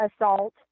assault